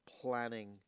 planning